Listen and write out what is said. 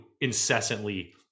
incessantly